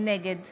נגד